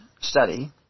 study